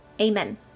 amen